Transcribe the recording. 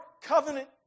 covenant